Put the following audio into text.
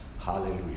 Hallelujah